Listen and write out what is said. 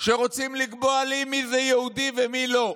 שרוצים לקבוע לי מי זה יהודי ומי לא,